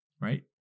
right